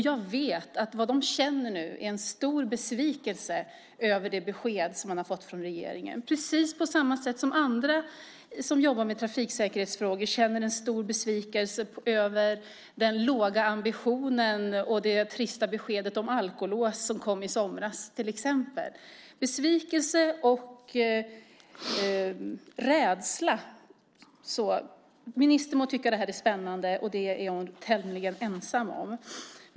Jag vet att de nu känner en stor besvikelse över det besked som man har fått från regeringen, precis på samma sätt som andra som jobbar med trafiksäkerhetsfrågor känner en stor besvikelse över den låga ambitionen och det trista beskedet om alkolås som kom i somras, till exempel. Man känner besvikelse och rädsla. Ministern må tycka att det här är spännande, men det är hon tämligen ensam om.